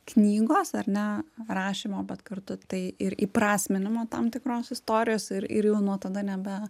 knygos ar ne rašymo bet kartu tai ir įprasminimo tam tikros istorijos ir ir jau nuo tada nebe